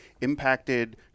impacted